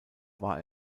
war